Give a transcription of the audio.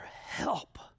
help